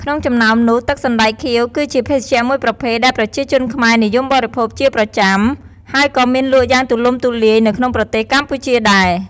ក្នុងចំណោមនោះ ទឹកសណ្ដែកខៀវ គឺជាភេសជ្ជៈមួយប្រភេទដែលប្រជាជនខ្មែរនិយមបរិភោគជាប្រចាំថ្ងៃ ហើយក៏មានលក់យ៉ាងទូលំទូលាយនៅក្នុងប្រទេសកម្ពុជាដែរ។